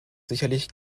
sicherlich